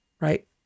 Right